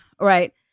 right